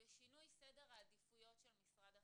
בשינוי סדר העדיפויות של משרד החינוך,